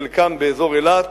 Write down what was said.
חלקם באזור אילת.